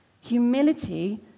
Humility